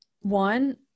One